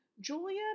Julia